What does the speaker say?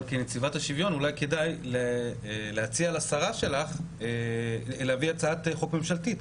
אבל כנציבת השוויון אולי כדאי להציע לשרה שלך להביא הצעת חוק ממשלתית.